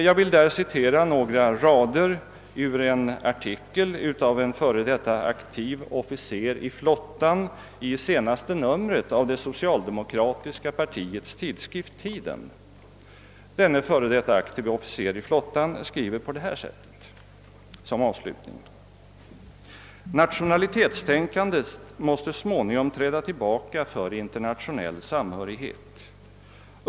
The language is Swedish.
Jag vill citera några rader ur en artikel av en före detta aktiv officer i flottan ur senaste numret av det socialdemokratiska partiets tidskrift Tiden. Denne före detta aktive officer i flottan skriver som avslutning: ”Nationalitetstänkandet måste småningom träda tillbaka för internationell samhörighet.